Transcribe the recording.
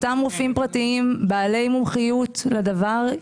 בעלי מומחיות לדבר.